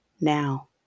now